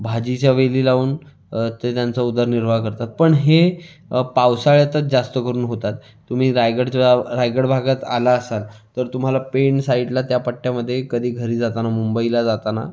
भाजीच्या वेली लावून ते त्यांचा उदरनिर्वाह करतात पण हे पावसाळ्यातच जास्त करून होतात तुम्ही रायगडच्या रायगड भागात आला असाल तर तुम्हाला पेण साईडला त्या पट्ट्यामध्ये कधी घरी जाताना मुंबईला जाताना